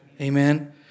Amen